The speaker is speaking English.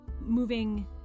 moving